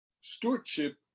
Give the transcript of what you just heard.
stewardship